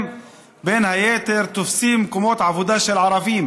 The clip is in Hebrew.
בין היתר תופסים מקומות עבודה של ערבים.